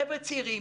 חבר'ה צעירים,